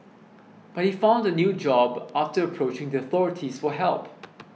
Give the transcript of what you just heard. but he found a new job after approaching the authorities for help